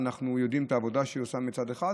אנחנו יודעים את העבודה שהיא עושה מצד אחד,